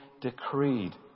decreed